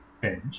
bench